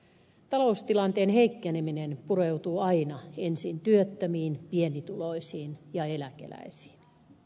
taloustilanteen heikkeneminen pureutuu aina ensin työttömiin pienituloisiin ja eläkeläisiin